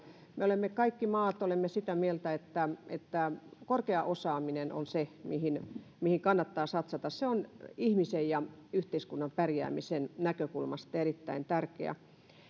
me olemme kaikki maat sitä mieltä että että korkea osaaminen on se mihin mihin kannattaa satsata se on ihmisen ja yhteiskunnan pärjäämisen näkökulmasta erittäin